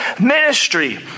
ministry